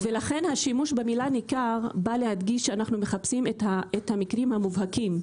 לכן השימוש במילה ניכר בא להדגיש שאנחנו מחפשים את המקרים המובהקים.